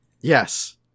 yes